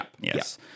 Yes